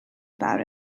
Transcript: about